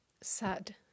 sad